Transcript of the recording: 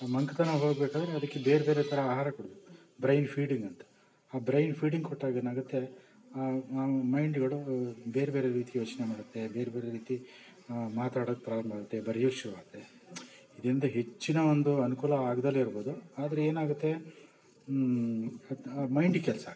ಆ ಮಂಕತನ ಹೋಗಬೇಕಾದ್ರೆ ಅದಕ್ಕೆ ಬೇರ್ಬೇರೆ ಥರ ಆಹಾರ ಕೊಡಬೇಕು ಬ್ರೈನ್ ಫೀಡಿಂಗ್ ಅಂತ ಆ ಬ್ರೈನ್ ಫೀಡಿಂಗ್ ಕೊಟ್ಟಾಗ ಏನಾಗತ್ತೆ ಮೈಂಡ್ಗಳು ಬೇರ್ಬೇರೆ ರೀತಿ ಯೋಚನೆ ಮಾಡತ್ತೆ ಬೇರ್ಬೇರೆ ರೀತಿ ಮಾತಾಡಕ್ಕೆ ಪ್ರಾರಂಭ ಆಗತ್ತೆ ಬರ್ಯಕ್ಕೆ ಶುರು ಆಗತ್ತೆ ಇದರಿಂದ ಹೆಚ್ಚಿನ ಒಂದು ಅನುಕೂಲ ಆಗ್ದಲೇ ಇರ್ಬೌದು ಆದರೆ ಏನಾಗುತ್ತೆ ಹ ಮೈಂಡಿಗೆ ಕೆಲಸ ಆಗತ್ತೆ